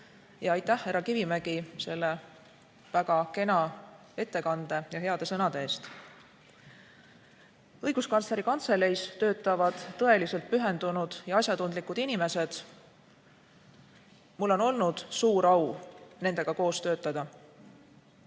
Ja aitäh, härra Kivimägi, väga kena ettekande ja heade sõnade eest! Õiguskantsleri Kantseleis töötavad tõeliselt pühendunud ja asjatundlikud inimesed. Mul on olnud suur au nendega koos töötada.